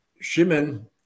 Shimon